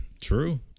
True